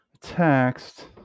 text